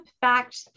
Fact